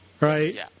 Right